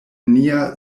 nia